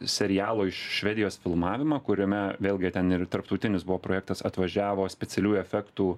serialo iš švedijos filmavimą kuriame vėlgi ten ir tarptautinis buvo projektas atvažiavo specialiųjų efektų